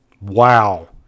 Wow